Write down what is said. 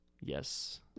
Yes